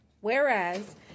Whereas